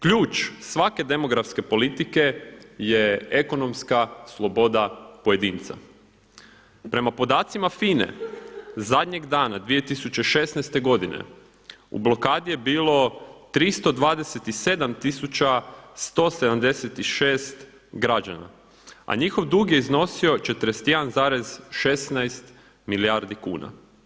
Ključ svake demografske politike je ekonomska sloboda pojedinca. prema podacima FINA-e zadnjeg dana 2016. godine u blokadi je bilo 327.176 građana, a njihov dug je iznosio 41,16 milijardi kuna.